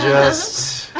just.